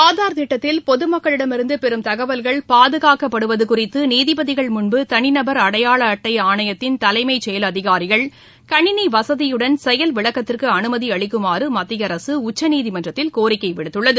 ஆதார் திட்டத்தில் பொது மக்களிடம் இருந்து பெறும் தகவல்கள் பாதுகாக்கப்படுவது குறித்து நீதிபதிகள் முன்பு தனிநபர் அடையாள அட்டை ஆணையத்தின் தலைமை செயல் அதிகாரிகள் கணினி வசதியுடன் செயல் விளக்கத்திற்கு அனுமதி அளிக்குமாறு மத்திய அரசு உச்சநீதிமன்றத்தில் கோரிக்கை விடுத்துள்ளது